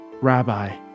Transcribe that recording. Rabbi